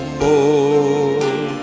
more